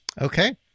okay